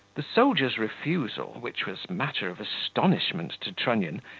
the soldier's refusal, which was matter of astonishment to trunnion,